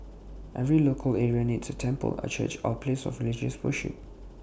every local area needs A temple A church A place of religious worship